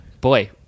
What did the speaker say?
boy